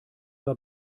war